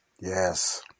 yes